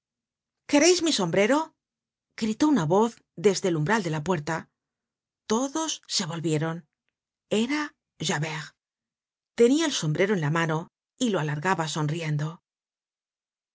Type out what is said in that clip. quereis mi sombrero gritó una voz desde el umbral de la puerta todos se volvieron era ja ver t tenia el sombrero en la mano y lo alargaba sonriendo